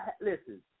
listen